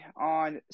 on